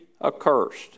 accursed